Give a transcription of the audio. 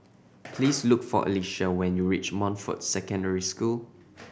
please look for Alisha when you reach Montfort Secondary School